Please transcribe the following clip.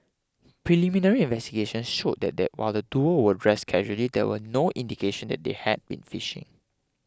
preliminary investigations showed that while the duo were dressed casually there were no indication that they had been fishing